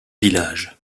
villages